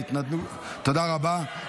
תודה רבה.